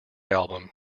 album